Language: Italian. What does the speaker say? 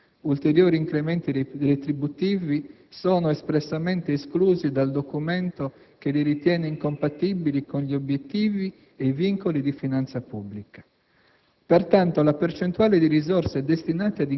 nell'ambito della contrattazione integrativa. Ulteriori incrementi retributivi sono espressamente esclusi dal documento che li ritiene incompatibili con gli obiettivi e i vincoli di finanza pubblica.